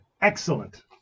excellent